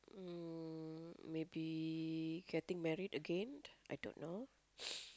um maybe getting married again I don't know